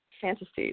fantasies